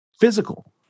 physical